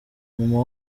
mama